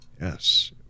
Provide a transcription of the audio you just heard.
Yes